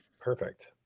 Perfect